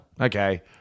Okay